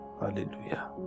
Hallelujah